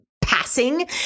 passing